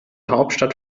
hauptstadt